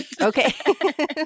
Okay